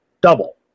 double